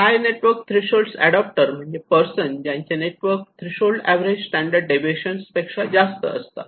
हाय network threshold adopter म्हणजे person ज्यांचे network threshold average standard deviation पेक्षा जास्त असतात